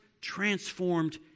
transformed